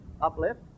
uplift